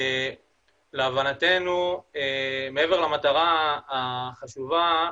להבנתנו מעבר למטרה החשובה,